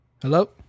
Hello